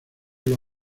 los